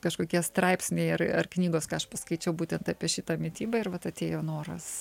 kažkokie straipsniai ar ar knygos ką aš paskaičiau būtent apie šitą mitybą ir vat atėjo noras